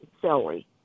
celery